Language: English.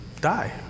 die